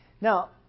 Now